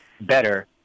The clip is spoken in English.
better